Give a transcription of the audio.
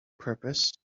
purpose